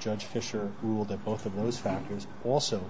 judge fisher ruled that both of those factors also